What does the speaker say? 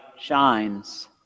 shines